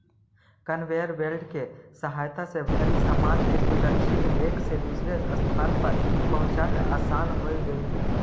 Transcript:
conveyor belt के सहायता से भारी सामान के सुरक्षित एक से दूसर स्थान पर पहुँचाना असान हो गेलई हे